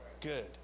good